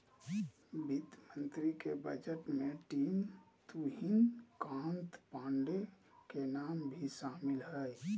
वित्त मंत्री के बजट टीम में तुहिन कांत पांडे के नाम भी शामिल हइ